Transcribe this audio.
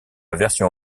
version